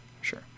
sure